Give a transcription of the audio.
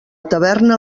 taverna